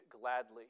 gladly